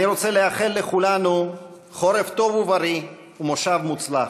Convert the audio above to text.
אני רוצה לאחל לכולנו חורף טוב ומושב מוצלח.